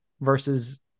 versus